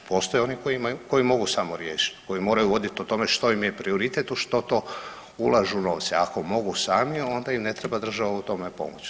Postoje oni koji mogu sami riješit, koji moraju vodit o tome što im je prioritet i u što to ulažu novce, ako mogu sami onda im ne treba država u tome pomoći.